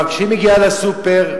אבל כשהיא מגיעה לסופר,